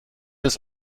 des